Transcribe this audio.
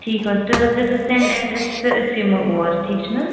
ٹھیٖک حظ چھُ تُہۍ حظ کٔرزیٚو سیٚنڈ ایٚڈرس تہٕ أسۍ یمو اور ٹھیک چھُنہ